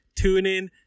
TuneIn